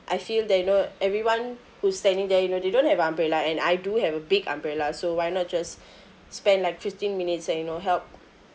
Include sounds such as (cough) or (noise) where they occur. I feel that you know everyone who's standing there you know they don't have umbrella and I do have a big umbrella so why not just (breath) spend like fifteen minutes and you know help